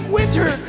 winter